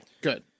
Good